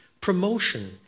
promotion